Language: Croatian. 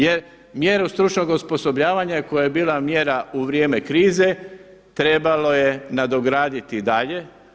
Jer mjeru stručnog osposobljavanja koja je bila mjera u vrijeme krize trebalo je nadograditi i dalje.